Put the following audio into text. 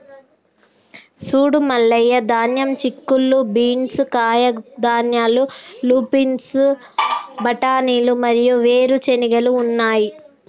సూడు మల్లయ్య ధాన్యం, చిక్కుళ్ళు బీన్స్, కాయధాన్యాలు, లూపిన్లు, బఠానీలు మరియు వేరు చెనిగెలు ఉన్నాయి